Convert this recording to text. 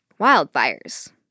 wildfires